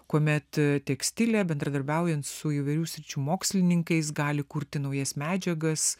kuomet tekstilė bendradarbiaujant su įvairių sričių mokslininkais gali kurti naujas medžiagas